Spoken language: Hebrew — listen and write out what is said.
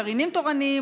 גרעינים תורניים,